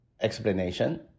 explanation